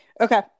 Okay